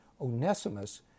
Onesimus